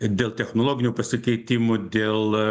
dėl technologinių pasikeitimų dėl